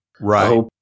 Right